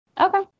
Okay